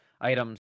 items